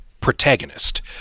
protagonist